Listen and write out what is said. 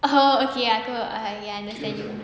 oh okay aku I understand you